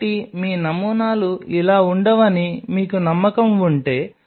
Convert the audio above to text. కాబట్టి మీ నమూనాలు ఇలా ఉండవని మీకు నమ్మకం ఉంటే